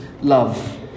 love